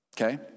Okay